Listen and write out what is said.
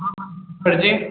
सरजी